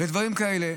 ודברים כאלה,